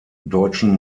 deutschen